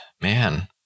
Man